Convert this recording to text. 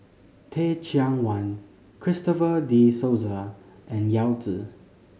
Teh Cheang Wan Christopher De Souza and Yao Zi